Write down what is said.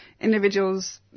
individuals